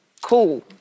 cool